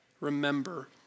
Remember